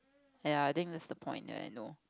ya I think that's the point that I know